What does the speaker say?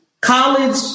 college